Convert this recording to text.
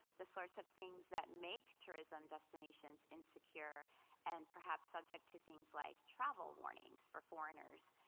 the sorts of things that make tourism destinations insecure and perhaps subject to things like travel warnings for foreigners.